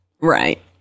Right